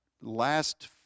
last